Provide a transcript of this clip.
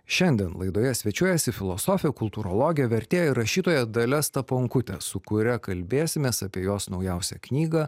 šiandien laidoje svečiuojasi filosofė kultūrologė vertėja ir rašytoja dalia staponkutė su kuria kalbėsimės apie jos naujausią knygą